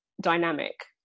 dynamic